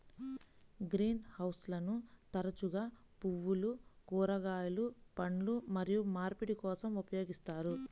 green హౌస్లను తరచుగా పువ్వులు, కూరగాయలు, పండ్లు మరియు మార్పిడి కోసం ఉపయోగిస్తారు